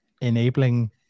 enabling